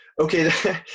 okay